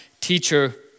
teacher